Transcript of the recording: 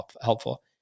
helpful